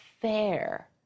fair